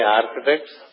architects